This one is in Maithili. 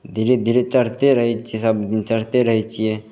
धीरे धीरे चढ़ते रहय छियै सबदिन चढ़ते रहय छियै